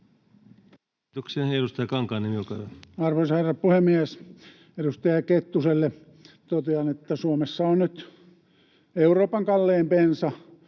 Arvoisa herra puhemies! Edustaja Kettuselle totean, että Suomessa on nyt Euroopan kallein bensa,